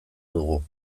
dugu